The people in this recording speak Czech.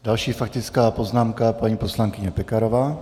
Další faktická poznámka paní poslankyně Pekarová.